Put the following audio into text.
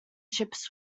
ships